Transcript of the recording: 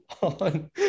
on